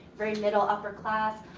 very middle-upper class,